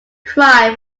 cry